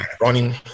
running